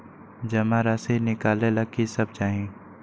जमा राशि नकालेला कि सब चाहि?